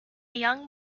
young